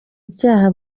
ibyaha